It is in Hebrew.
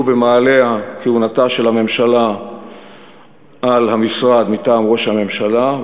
במעלה כהונתה של הממשלה על המשרד מטעם ראש הממשלה,